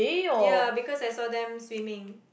ya because I saw them swimming